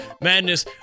Madness